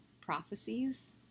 prophecies